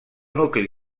nucli